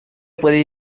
puede